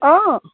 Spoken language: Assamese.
অঁ